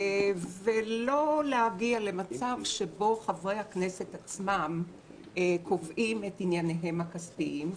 ולא להגיע למצב שבו חברי הכנסת עצמם קובעים את ענייניהם הכספיים.